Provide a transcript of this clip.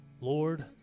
Lord